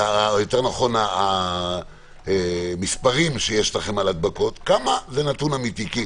כמה המספרים שיש לכם על הדבקות הם נתון אמיתי?